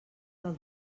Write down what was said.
del